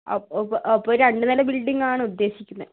അപ്പോൾ ഒരു രണ്ട് നില ബിൽഡിങ്ങാണ് ഉദ്ദേശിക്കുന്നത്